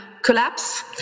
collapse